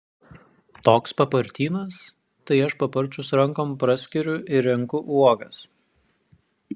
toks papartynas tai aš paparčius rankom praskiriu ir renku uogas